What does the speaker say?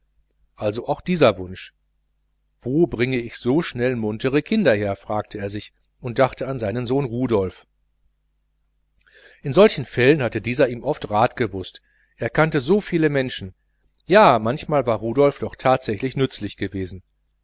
also auch dieser wunsch wo bringe ich schnell muntere kinder her fragte er sich und dachte an seinen sohn rudolf in solchen fällen hatte dieser ihm oft rat gewußt er kannte so viele menschen ja manchmal war rudolf doch tatsächlich nützlich gewesen